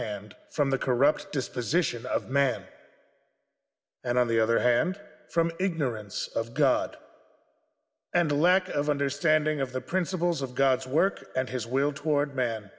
hand from the corrupt disposition of man and on the other hand from ignorance of god and a lack of understanding of the principles of god's work and his will toward man